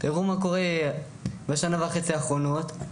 תראו מה קורה בשנה וחצי האחרונות.